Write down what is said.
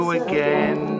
again